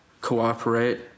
cooperate